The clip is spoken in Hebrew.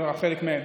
בחלק מהם.